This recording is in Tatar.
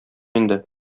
инде